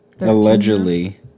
Allegedly